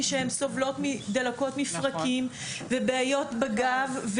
שהן סובלות מדלקות מפרקים ובעיות בגב,